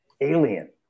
Alien